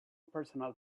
personal